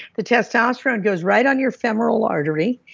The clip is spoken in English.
the testosterone goes right on your femoral artery.